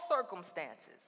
circumstances